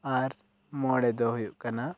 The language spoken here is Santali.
ᱟᱨ ᱢᱚᱬᱮ ᱫᱚ ᱦᱩᱭᱩᱜ ᱠᱟᱱᱟ